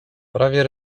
prawie